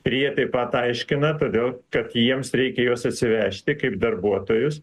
ir jie taip pat aiškina todėl kad jiems reikia juos atsivežti kaip darbuotojus